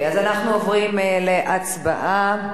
אנחנו עוברים להצבעה.